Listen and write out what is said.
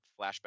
flashback